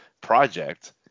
Project